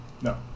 No